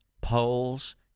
poles